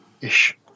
ish